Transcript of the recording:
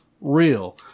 real